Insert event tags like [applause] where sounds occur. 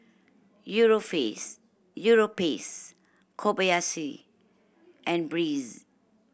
[unintelligible] Europace Kobayashi and Breeze